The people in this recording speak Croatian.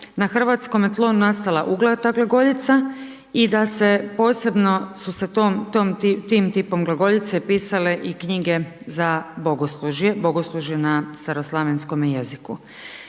na Hrvatskom je tlu nastala uglata glagoljica i da se posebno su sa tom, tim tipom glagoljice pisale i knjige za bogoslužje, bogoslužje na staroslavenskome jeziku.